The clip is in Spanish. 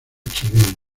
chileno